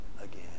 again